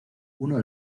uno